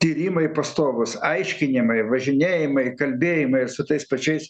tyrimai pastovūs aiškinimai važinėjimai kalbėjimai ir su tais pačiais